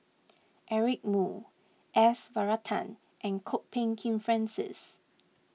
Eric Moo S Varathan and Kwok Peng Kin Francis